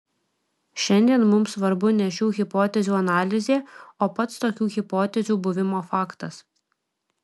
šiandien mums svarbu ne šių hipotezių analizė o pats tokių hipotezių buvimo faktas